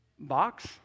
Box